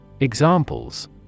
Examples